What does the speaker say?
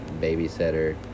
babysitter